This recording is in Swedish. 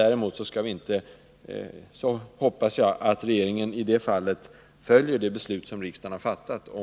Däremot hoppas jag att regeringen följer det beslut om en ny plan som riksdagen har fattat.